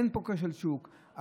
אין פה כשל שוק.